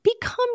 become